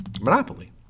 monopoly